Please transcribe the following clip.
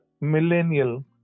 Millennial